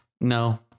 no